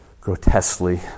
grotesquely